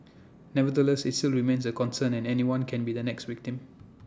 nevertheless IT still remains A concern and anyone can be the next victim